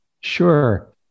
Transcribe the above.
Sure